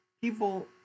people